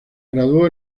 graduó